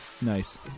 nice